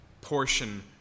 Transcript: portion